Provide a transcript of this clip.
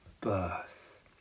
birth